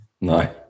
no